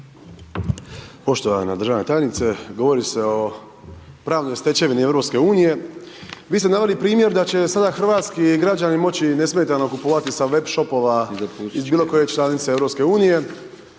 hrvatski građani moći nesmetano kupovati sa web shopova iz bilo koje članice EU